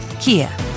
Kia